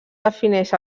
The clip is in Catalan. defineix